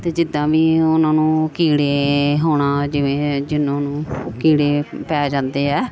ਅਤੇ ਜਿੱਦਾਂ ਵੀ ਉਹਨਾਂ ਨੂੰ ਕੀੜੇ ਹੋਣਾ ਜਿਵੇਂ ਜਿਹਨਾਂ ਨੂੰ ਕੀੜੇ ਪੈ ਜਾਂਦੇ ਆ